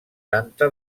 santa